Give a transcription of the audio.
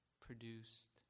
produced